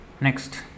next